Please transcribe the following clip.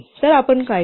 तर आपण काय करू